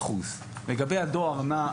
לגבי הדואר נע,